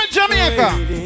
Jamaica